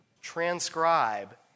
transcribe